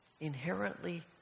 inherently